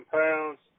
pounds